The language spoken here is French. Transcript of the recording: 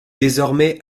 désormais